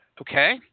okay